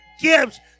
gives